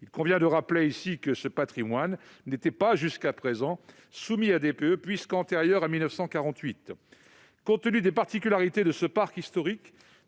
Il convient de rappeler ici que ce patrimoine n'était pas jusqu'à présent soumis à DPE, puisqu'il est antérieur à 1948. Compte tenu du statut et des particularités de ce parc historique,